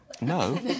No